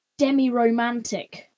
demiromantic